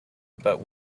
but